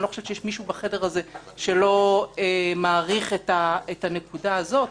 אני לא חושבת שיש מישהו בחדר הזה שלא מעריך את הנקודה הזאת.